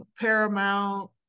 Paramount